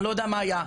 אני לא יודע מה היה,